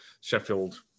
Sheffield